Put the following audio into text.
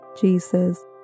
Jesus